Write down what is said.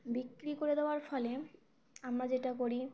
বিক্রি করে দেওয়ার ফলে আমরা যেটা করি